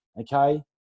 okay